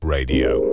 Radio